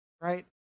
right